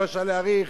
לא רשאי להאריך.